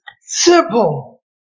simple